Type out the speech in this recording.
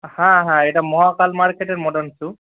হ্যাঁ হ্যাঁ এটা মহাকাল মার্কেটের মডার্ন শু